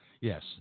Yes